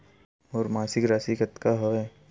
मोर मासिक राशि कतका हवय?